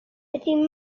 ydy